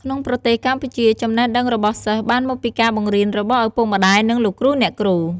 ក្នុងប្រទេសកម្ពុជាចំណេះដឹងរបស់សិស្សបានមកពីការបង្រៀនរបស់ឪពុកម្តាយនិងលោកគ្រូអ្នកគ្រូ។